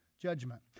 Judgment